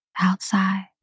outside